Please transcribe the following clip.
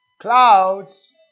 Clouds